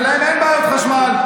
ולהם אין בעיות חשמל,